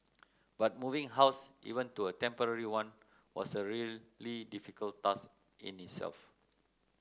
but moving house even to a temporary one was a really difficult task in itself